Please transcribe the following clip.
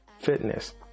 fitness